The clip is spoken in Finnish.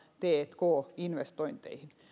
tk investointeihin